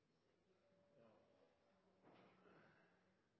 Ja, jeg har